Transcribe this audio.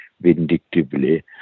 vindictively